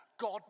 God